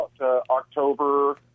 October